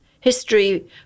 history